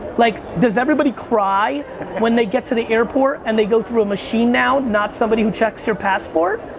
like, does everybody cry when they get to the airport, and they go through a machine now? not somebody who checks your passport?